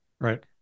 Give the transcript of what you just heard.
right